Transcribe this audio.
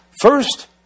first